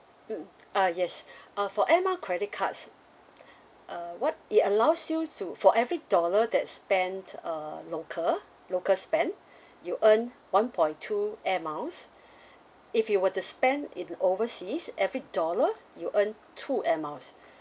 mm ah yes uh for air miles credit cards uh what it allows you to for every dollar that spends uh local local spend you earn one point two air miles if you were to spend in overseas every dollar you earn two air miles